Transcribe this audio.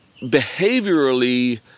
behaviorally